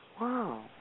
Wow